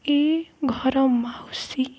ଏ ଘର ମାଉସୀ